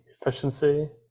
efficiency